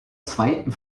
zweiten